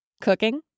cooking